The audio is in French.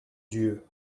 dieu